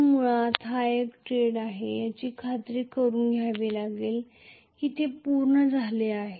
तर मुळात हा एक ट्रेड आहे याची खात्री करुन घ्यावी लागेल की ते पूर्ण झाले आहे